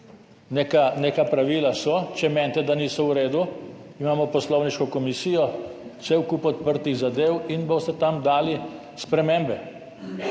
Neka pravila so. Če menite, da niso v redu, imamo poslovniško komisijo, cel kup odprtih zadev in boste tam dali spremembe.